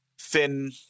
thin